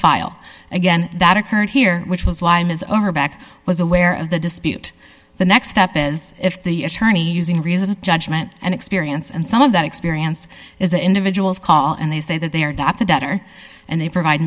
file again that occurred here which was why ms over back was aware of the dispute the next step is if the attorney using reason judgment and experience and some of that experience is the individual's call and they say that they are not the debtor and they provide